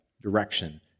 direction